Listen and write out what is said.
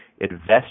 invest